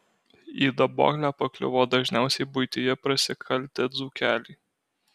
į daboklę pakliuvo dažniausiai buityje prasikaltę dzūkeliai